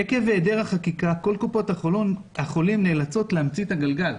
עקב היעדר החקיקה כל קופות החולים נאלצות להמציא את הגלגל.